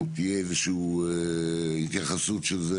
תהיה איזו שהיא התייחסות של זה